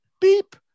beep